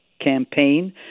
campaign